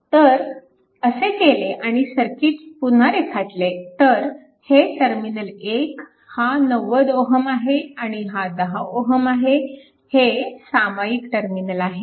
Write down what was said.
तर असे केले आणि सर्किट पुन्हा रेखाटले तर हे टर्मिनल 1 हा 90 Ω आहे आणि हा 10 Ω आहे हे सामायिक टर्मिनल आहे